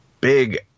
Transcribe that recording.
big